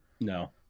No